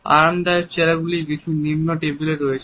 আরামদায়ক চেয়ার রয়েছে কিছু নিচু টেবিল রয়েছে